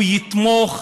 הוא יתמוך.